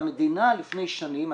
המדינה לפני שנים,